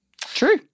True